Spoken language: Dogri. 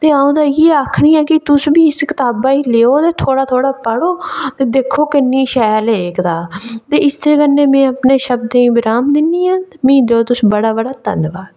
ते अ'ऊं ते इ'यै आखनी आं कि तुस बी इस कताबा गी लैओ ते थोह्ड़ा थोह्ड़ा पढ़ो ते दिक्खो किन्नी शैल ऐ एह् कताब ते इस्सै कन्नै में अपने शब्दें गी विराम दिन्नी आं ते मिगी देओ तुस बड़ा बड़ा धन्नवाद